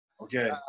Okay